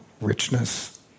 richness